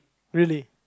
really